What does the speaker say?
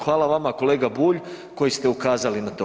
Hvala vama kolega Bulj, koji ste ukazali na to.